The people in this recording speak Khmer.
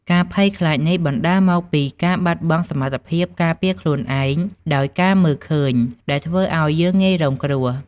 ការភ័យខ្លាចនេះបណ្តាលមកពីការបាត់បង់សមត្ថភាពការពារខ្លួនឯងដោយការមើលឃើញ ដែលធ្វើឲ្យយើងងាយរងគ្រោះ ។